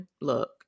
Look